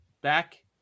Back